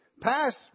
pass